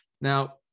Now